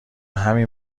همین